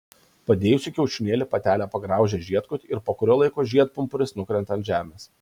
padėjusi kiaušinėlį patelė pagraužia žiedkotį ir po kurio laiko žiedpumpuris nukrenta ant žemės